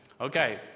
Okay